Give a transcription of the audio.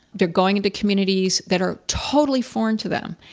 they're going into communities that are totally foreign to them.